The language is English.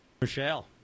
Michelle